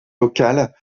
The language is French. locale